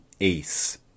ace